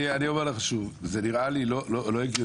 אני אומר לך שוב, זה נראה לי לא הגיוני.